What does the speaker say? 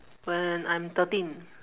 when I'm thirteen